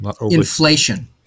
Inflation